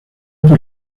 por